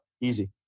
easy